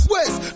West